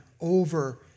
over